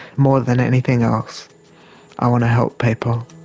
more than anything else i want to help people.